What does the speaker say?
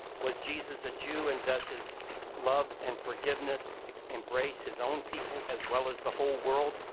was jesus a jew, and does his love and forgiveness embrace his own people as well as the whole world?